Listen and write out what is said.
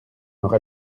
aura